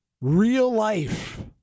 real-life